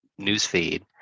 newsfeed